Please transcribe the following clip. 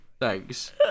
Thanks